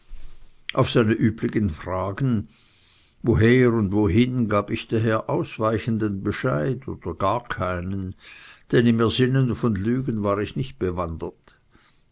auf seine üblichen fragen woher und wohin gab ich daher ausweichenden bescheid oder gar keinen denn im ersinnen von lügen war ich nicht bewandert